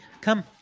come